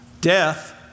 Death